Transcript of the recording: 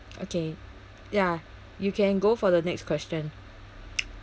okay ya you can go for the next question